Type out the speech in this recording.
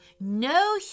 No